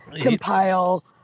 compile